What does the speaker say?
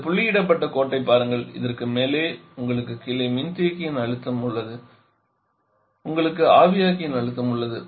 இந்த புள்ளியிடப்பட்ட கோட்டைப் பாருங்கள் இதற்கு மேலே உங்களுக்கு கீழே மின்தேக்கியின் அழுத்தம் உள்ளது உங்களுக்கு ஆவியாக்கியின் அழுத்தம் உள்ளது